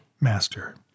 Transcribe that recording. Master